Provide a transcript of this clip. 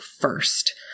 first